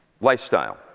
Lifestyle